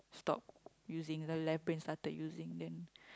stop using the left brain started using then